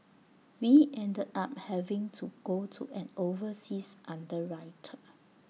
we ended up having to go to an overseas underwriter